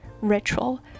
ritual